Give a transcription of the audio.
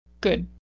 good